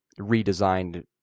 redesigned